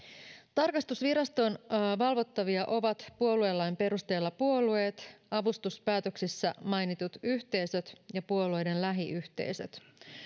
tarkastusviraston valvottavia ovat puoluelain perusteella puolueet avustuspäätöksissä mainitut yhteisöt ja puolueiden lähiyhteisöt